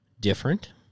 different